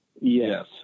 Yes